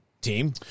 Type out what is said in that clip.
team